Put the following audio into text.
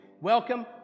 welcome